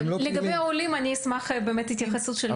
לגבי עולים אני אשמח באמת להתייחסות.